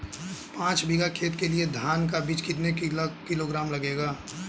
पाँच बीघा खेत के लिये धान का बीज कितना किलोग्राम लगेगा?